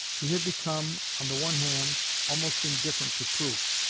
he had become, on the one hand, almost indifferent to proof,